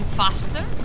faster